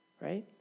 right